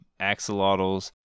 axolotls